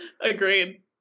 Agreed